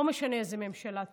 לא משנה איזו ממשלה תהיה,